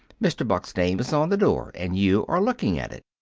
mr. buck's name is on the door, and you are looking at it.